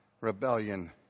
rebellion